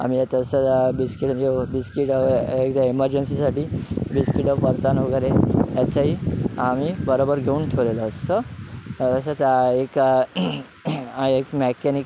आम्ही तसं बिस्किटं म्हणजे बिस्किटं एकदा एमर्जन्सीसाठी बिस्किटं फरसाण वगैरे याचाही आम्ही बरोबर घेऊन ठेवलेलो असतो असंच एक मॅकॅनिक